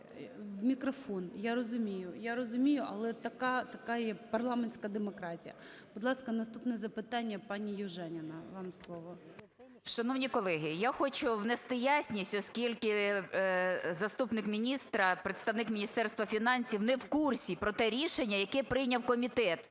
Я розумію. Я розумію, але така є парламентська демократія. Будь ласка, наступне запитання, пані Южаніна, вам слово. 16:48:48 ЮЖАНІНА Н.П. Шановні колеги, я хочу внести ясність, оскільки заступник міністра, представник Міністерства фінансів, не в курсі про те рішення, яке прийняв комітет.